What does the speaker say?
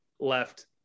Left